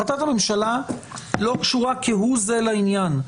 החלטת הממשלה לא קשורה כהוא זה לעניין.